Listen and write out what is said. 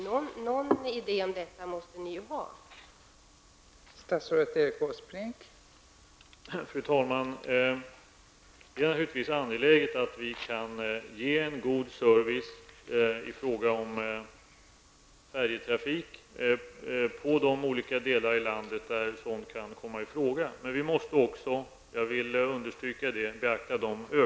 Någon idé om det måste ni i regeringen ha.